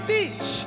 Beach